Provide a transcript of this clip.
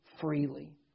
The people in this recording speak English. freely